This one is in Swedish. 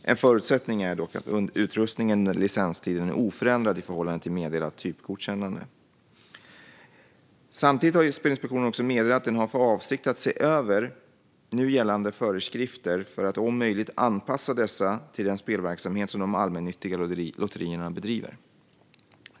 En förutsättning är dock att utrustningen under licenstiden är oförändrad i förhållande till meddelat typgodkännande. Samtidigt har också Spelinspektionen meddelat att den har för avsikt att se över nu gällande föreskrifter för att om möjligt anpassa dessa till den spelverksamhet som de allmännyttiga lotterierna bedriver.